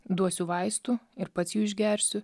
duosiu vaistų ir pats jų išgersiu